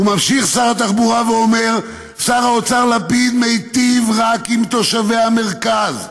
וממשיך שר התחבורה ואומר: שר האוצר לפיד מיטיב רק עם תושבי המרכז,